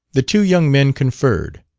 the two young men conferred.